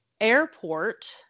airport